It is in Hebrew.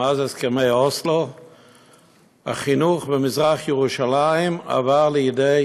שמאז הסכמי אוסלו החינוך במזרח-ירושלים עבר לידי